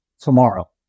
tomorrow